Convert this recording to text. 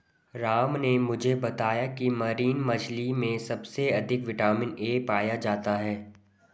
राम ने मुझे बताया की मरीन मछली में सबसे अधिक विटामिन ए पाया जाता है